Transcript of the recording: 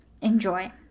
enjoy